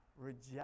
reject